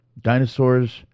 dinosaurs